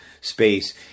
space